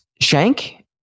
Shank